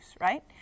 right